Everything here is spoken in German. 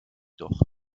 doch